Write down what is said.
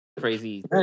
crazy